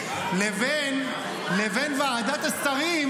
לבין ועדת השרים,